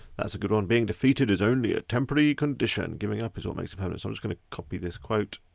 that's a good one. being defeated is only a temporary condition. giving up is what makes it permanent. i'm just gonna copy this quote.